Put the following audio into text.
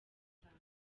batanu